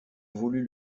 voulût